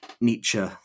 Nietzsche